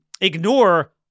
ignore